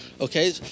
Okay